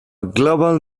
global